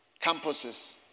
Campuses